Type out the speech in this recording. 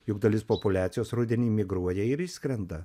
juk dalis populiacijos rudenį migruoja ir išskrenda